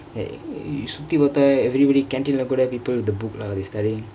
சுத்தி பாத்தா:suthi paath everybody canteen people with the book lah they studyingk